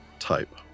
type